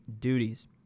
duties